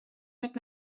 mit